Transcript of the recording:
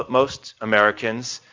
most americans,